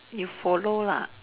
you follow lah